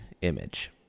image